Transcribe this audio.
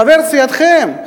חבר סיעתכם,